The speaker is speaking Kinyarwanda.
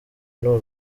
n’u